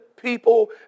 People